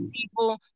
people